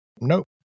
nope